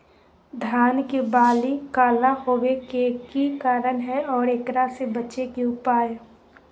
धान के बाली काला होवे के की कारण है और एकरा से बचे के उपाय?